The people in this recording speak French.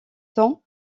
temps